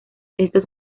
estos